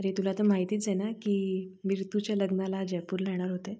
अरे तुला तर माहितीच आहे ना की मी रितूच्या लग्नाला जयपूरला येणार होते